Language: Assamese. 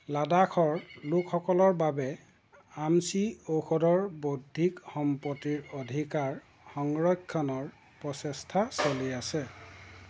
লাডাখৰ লোকসকলৰ বাবে আমচি ঔষধৰ বৌদ্ধিক সম্পত্তিৰ অধিকাৰ সংৰক্ষণৰ প্ৰচেষ্টা চলি আছে